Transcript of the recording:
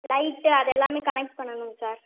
light அதெல்லாமே connect பண்ணணும்ங்க sir